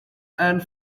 and